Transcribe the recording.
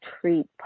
treat